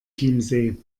chiemsee